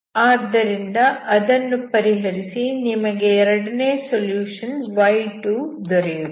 ಆದ್ದರಿಂದ ಅದನ್ನು ಪರಿಹರಿಸಿ ನಿಮಗೆ ಎರಡನೇ ಸೊಲ್ಯೂಷನ್ y2 ದೊರೆಯುತ್ತದೆ